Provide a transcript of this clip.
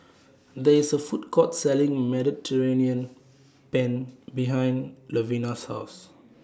There IS A Food Court Selling Mediterranean Penne behind Lovina's House